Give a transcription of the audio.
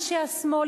אנשי השמאל,